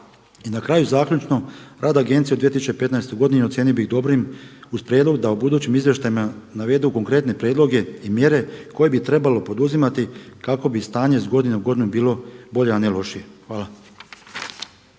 I na kraju zaključno, rad agencije u 2015. godini ocijenio bih dobrim uz prijedlog da u budućim izvještajima navedu konkretne prijedloge i mjere koje bi trebalo poduzimati kako bi stanje iz godine u godinu bilo bolje a ne lošije. Hvala.